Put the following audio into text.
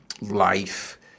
life